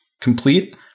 complete